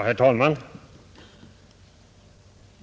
Herr talman!